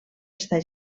estar